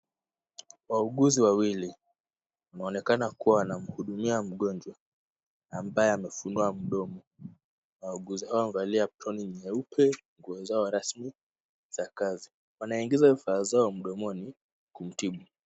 Wauguzi wawili waonekana kuwa wanamhudumia mgonjwa ambaye amefunua mdomo. Wauguzi hawa wamevalia aproni nyeupe nguo zao rasmi za kazi. Wanaingiza vifaa zao mdomoni kumtibu.